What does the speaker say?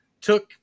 took